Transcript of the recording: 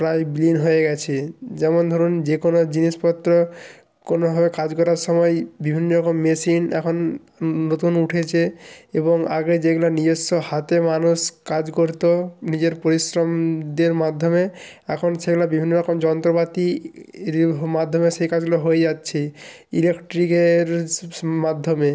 প্রায় বিলীন হয়ে গেছে যেমন ধরুন যে কোনো জিনিসপত্র কোনোভাবে কাজ করার সময় বিভিন্ন রকম মেশিন এখন নতুন উঠেছে এবং আগে যেগুলো নিজস্ব হাতে মানুষ কাজ করতো নিজের পরিশ্রমদের মাধ্যমে এখন সেগুলো বিভিন্ন রকম যন্ত্রপাতি এর মাধ্যমে সেই কাজগুলো হয়ে যাচ্ছে ইলেকট্রিকের মাধ্যমে